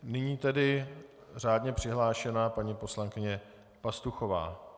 Nyní tedy řádně přihlášená paní poslankyně Pastuchová.